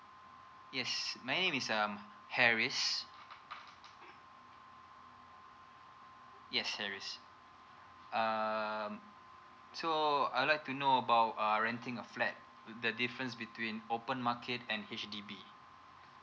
yes my name is um harris yes harris um so I like to know about err renting a flat the difference between open market and H_D_B